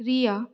रीया